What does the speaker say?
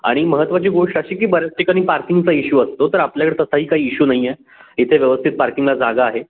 आणि महत्त्वाची गोष्ट अशी की बऱ्याच ठिकाणी पार्किंगचा इश्यू असतो तर आपल्याकडे तसाही काही इशू नाही आहे इथे व्यवस्थित पार्किंगला जागा आहे